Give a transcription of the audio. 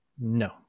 no